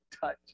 touch